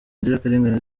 inzirakarengane